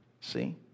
See